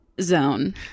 zone